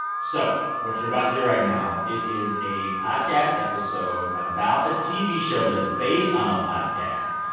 so what you're about to hear right now, it is a podcast episode about a tv show that is based on a podcast,